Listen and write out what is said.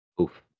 Oof